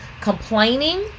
complaining